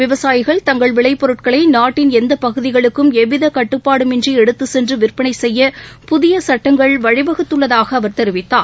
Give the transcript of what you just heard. விவசாயிகள் தங்கள் விலைப் பொருட்களைநாட்டின் எந்தப் பகுதிகளுக்கும் எவ்விதகட்டுபாடுமின்றிஎடுத்துச் சென்றுவிற்பனைசெய்ய புதியசுட்டங்கள் வழிவகுத்துள்ளதாகஅவர் தெரிவித்தார்